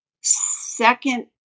second